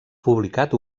publicat